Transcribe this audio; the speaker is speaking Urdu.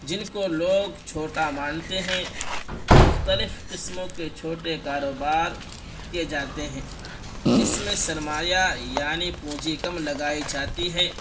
جن کو لوگ چھوٹا مانتے ہیں مختلف قسموں کے چھوٹے کاروبار کیے جاتے ہیں جس میں سرمایہ یعنی پونجی کم لگائی جاتی ہے